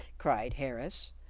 cried harris,